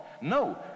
No